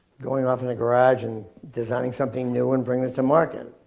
going off in a garage and designing something new and bringing it to market.